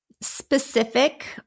specific